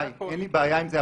אין לי בעיה עם זה.